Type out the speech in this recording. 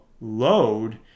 load